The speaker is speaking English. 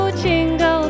jingle